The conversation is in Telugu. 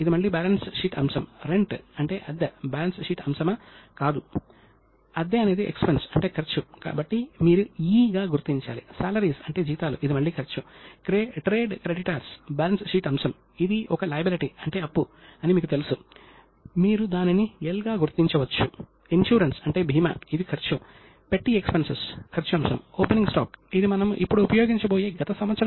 ఇది వివిధ విభాగాల ఖాతాలను ఏకీకృతం చేసే పద్ధతిని సూచిస్తుంది ఎందుకంటే ప్రభుత్వంలో మనకు చాలా విభాగాలు ఉంటాయి మరియు రాజ్యం కోసం లేదా దేశంరాష్ట్రం యొక్క పూర్తి ఆర్థిక పరిస్థితిని తెలుసుకోవడం కోసం వాటిని సరిగ్గా ఏకీకృతం చేయడం అవసరం